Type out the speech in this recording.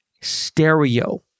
stereo